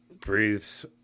breathes